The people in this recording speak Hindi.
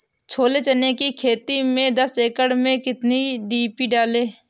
छोले चने की खेती में दस एकड़ में कितनी डी.पी डालें?